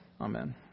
Amen